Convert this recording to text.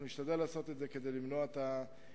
אנחנו נשתדל לעשות את זה כדי למנוע את המשבר.